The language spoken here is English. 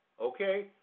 okay